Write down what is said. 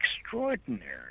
extraordinary